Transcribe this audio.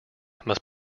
must